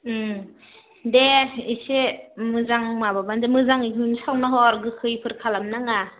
दे एसे मोजां माबाब्लानो मोजाङै सावना हर गोखैफोर खालामनाङा